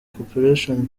corporation